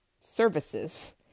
services